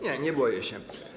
Nie, nie boję się.